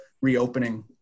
reopening